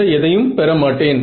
மற்ற எதையும் பெற மாட்டேன்